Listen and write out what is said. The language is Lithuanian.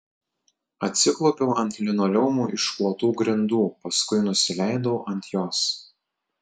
atsiklaupiau ant linoleumu išklotų grindų paskui nusileidau ant jos